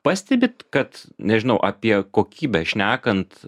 pastebit kad nežinau apie kokybę šnekant